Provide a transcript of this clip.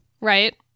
Right